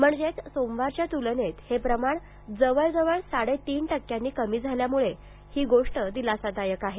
म्हणजेच सोमवारच्या तुलनेत हे प्रमाण जवळजवळ साडेतीन टक्क्यांनी कमी झाल्यामुळे ती बाबही दिलासादायक आहे